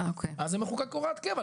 אז זה מחוקק כהוראת קבע.